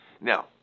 Now